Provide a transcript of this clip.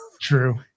True